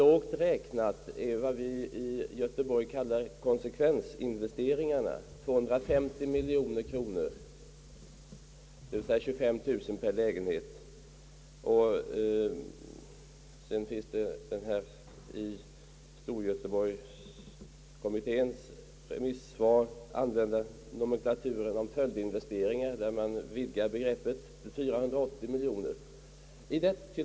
Det som vi i Göteborg kallar konsekvensinvesteringar uppgår lågt räknat till 25 000 kronor per lägenhet, alltså sammanlagt 250 miljoner kronor. I storgöteborgskommitténs remissvars nomenklatur används ett vidare begrepp, nämligen följdinvesteringar, och dessa uppgår till 480 miljoner.